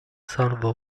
salvo